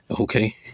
Okay